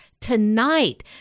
tonight